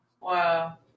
Wow